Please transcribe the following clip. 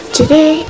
Today